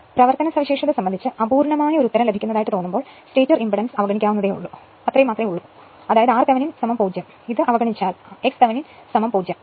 പ്രവർത്തന സവിശേഷത സംബന്ധിച്ച് അപൂർണ്ണമായ ഒരു ഉത്തരം ലഭിക്കുന്നതായി തോന്നുമ്പോൾ സ്റ്റേറ്റർ ഇംപെഡൻസ് അവഗണിക്കാവുന്നത്രയേ ഉള്ളൂ അതായത് r Thevenin 0 അത് അവഗണിക്കുകയാണെങ്കിൽ x Thevenin 0